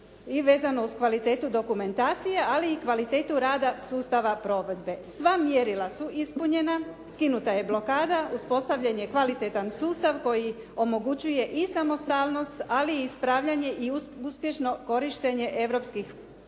vezano uz kvalitetu dokumentacije ali i kvalitetu rada sustava provedbe. Sva mjerila su ispunjena, skinuta je blokada, uspostavljen je kvalitetan sustav koji omogućuje i samostalnost ali i ispravljanje i uspješno korištenje europskih